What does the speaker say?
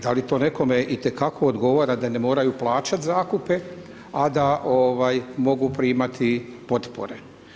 Da li to nekome itekako odgovara da ne moraju plaćati zakupe, a da mogu primati potpore?